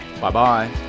Bye-bye